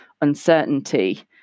uncertainty